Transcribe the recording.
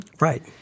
Right